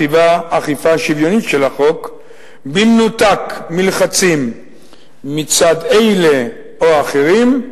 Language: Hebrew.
אכיפה שוויונית של החוק במנותק מלחצים מצד אלה או אחרים,